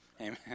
amen